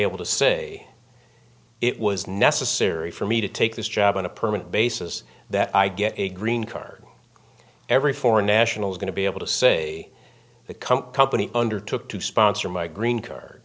able to say it was necessary for me to take this job on a permanent basis that i get a green card every foreign nationals going to be able to say they come company undertook to sponsor my green card